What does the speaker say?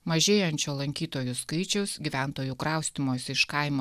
mažėjančio lankytojų skaičiaus gyventojų kraustymosi iš kaimo